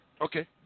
Okay